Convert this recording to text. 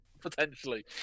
Potentially